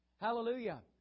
Hallelujah